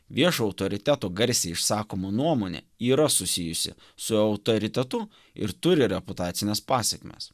viešo autoriteto garsiai išsakoma nuomonė yra susijusi su autoritetu ir turi reputacines pasekmes